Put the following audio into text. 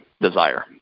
desire